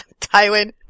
Tywin